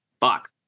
fuck